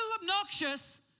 obnoxious